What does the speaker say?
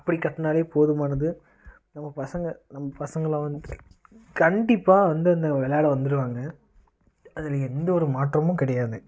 அப்படி கட்டினாலே போதுமானது நம்ம பசங்கள் நம்ம பசங்களை வந்து கண்டிப்பாக வந்து அந்த விளையாட வந்துடுவாங்க அதில் எந்த ஒரு மாற்றமும் கிடையாது